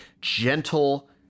gentle